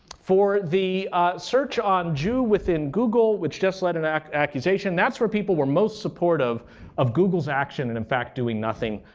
for the search on jew within google, which just led an accusation, that's where people were most supportive of google's action in, in fact, doing nothing.